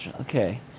okay